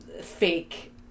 fake